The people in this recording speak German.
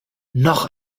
noch